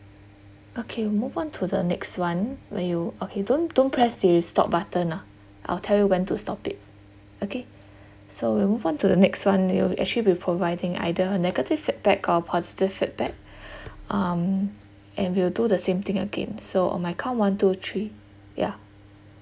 okay we move on to the next one where you okay don't don't press the stop button ah I'll tell you when to stop it okay so we move on to the next one you'll actually be providing either negative feedback or positive feedback um and we'll do the same thing again so on my count one two three ya